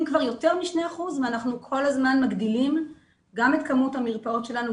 כבר יותר מ-2% ואנחנו כל הזמן מגדילים גם את כמות המרפאות שלנו,